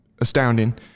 astounding